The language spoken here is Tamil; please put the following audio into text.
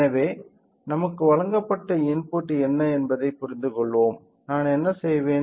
எனவே நமக்கு வழங்கப்பட்ட இன்புட் என்ன என்பதைப் புரிந்துகொள்வோம் நான் என்ன செய்வேன்